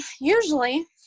usually